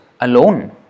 alone